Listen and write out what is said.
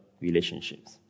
relationships